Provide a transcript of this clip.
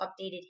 updated